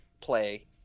play